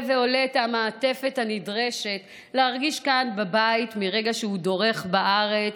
ועולה את המעטפת הנדרשת להרגיש כאן בבית מרגע שהוא דורך בארץ,